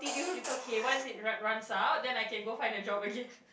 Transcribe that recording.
it's okay once it run runs out then I can go find a job again